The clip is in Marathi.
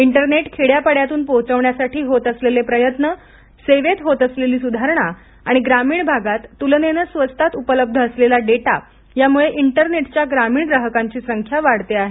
इंटरनेट खेड्यापाड्यांतून पोहेचवण्यासाठी होत असलेले प्रयत्न सेवेत होत असलेली सुधारणा आणि ग्रामिण भागात तूलनेनं स्वस्तात उपलब्ध सलेला डाटा यामुळे इंटरनेटच्या ग्रामीण ग्राहकांची संख्या वाढते आहे